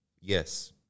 Yes